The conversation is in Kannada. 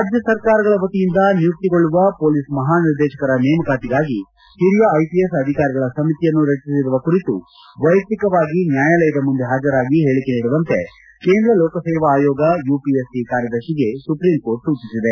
ರಾಜ್ಞ ಸರ್ಕಾರಗಳ ವತಿಯಿಂದ ನಿಯುಕ್ತಿಗೊಳ್ಳುವ ಮೊಲೀಸ್ ಮಹಾನಿರ್ದೇಶಕರ ನೇಮಕಾತಿಗಾಗಿ ಹಿರಿಯ ಐಪಿಎಸ್ ಅಧಿಕಾರಿಗಳ ಸಮಿತಿಯನ್ನು ರಚಿಸಿರುವ ಕುರಿತು ವ್ಯೆಯಕ್ತಿಕವಾಗಿ ನ್ವಾಯಾಲಯದ ಮುಂದೆ ಹಾಜರಾಗಿ ಹೇಳಕೆ ನೀಡುವಂತೆ ಕೇಂದ್ರ ಲೋಕಸೇವಾ ಆಯೋಗ ಯುಪಿಎಸ್ಸಿ ಕಾರ್ಯದರ್ಶಿಗೆ ಸುಪ್ರೀಂಕೋರ್ಟ್ ಸೂಚಿಸಿದೆ